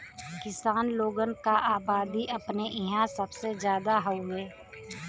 किसान लोगन क अबादी अपने इंहा सबसे जादा हउवे